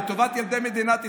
לטובת ילדי מדינת ישראל,